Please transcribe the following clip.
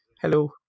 Hello